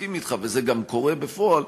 מסכים אתך וזה גם קורה בפועל,